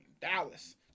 Dallas